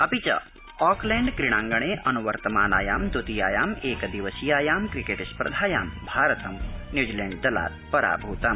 Auckland क्रीडांगणे अनुवर्तमानायां द्वितीयायामेकदिवसीयायां क्रिकेट स्पर्धायां भारतं न्यूजीलैण्ड दलात् पराभूतम्